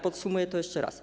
Podsumuję to jeszcze raz.